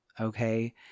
okay